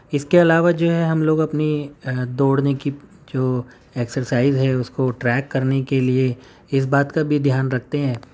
اس کے علاوہ جو ہے ہم لوگ اپنی دوڑنے کی جو ایکسرسائز ہے اس کو ٹریک کرنے کے لیے اس بات کا بھی دھیان رکھتے ہیں